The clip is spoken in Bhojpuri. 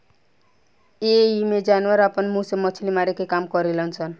एइमें जानवर आपना मुंह से मछली मारे के काम करेल सन